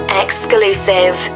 exclusive